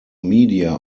media